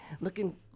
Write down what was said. looking